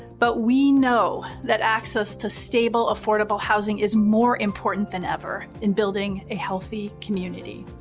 but we know that access to stable affordable housing is more important than ever in building a healthy community.